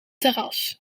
terras